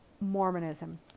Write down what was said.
Mormonism